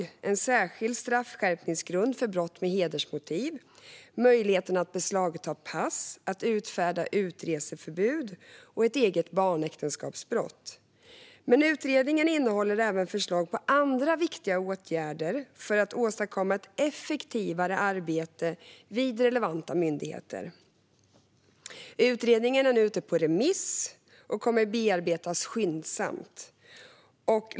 Det handlar om en särskild straffskärpningsgrund för brott med hedersmotiv, om möjligheten att beslagta pass och att utfärda utreseförbud och om ett särskilt barnäktenskapsbrott. Utredningen innehåller även förslag på andra viktiga åtgärder för att åstadkomma ett effektivare arbete vid relevanta myndigheter. Utredningen är nu ute på remiss och kommer att bearbetas skyndsamt.